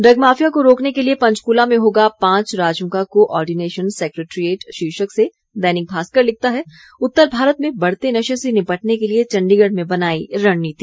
drug mafia को रोकने के लिये पंचकूला में होगा पांच राज्यों का को ऑर्डिनेशन सेक्रेटेरियेट शीर्षक से दैनिक भास्कर लिखता है उत्तर भारत में बढ़ते नशे से निपटने के लिये चंडीगढ़ में बनाई रणनीति